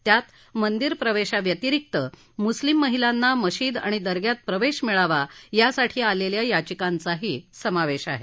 त्यात मंदिर प्रवेशाव्यतिरिक्त मुस्लिम महिलांना मशीद आणि दर्ग्यात प्रवेश मिळावा यासाठी आलेल्या याचिकांचाही समावेश आहे